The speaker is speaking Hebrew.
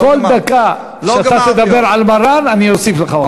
כל דקה שאתה תדבר על מרן, אני אוסיף לך אותה.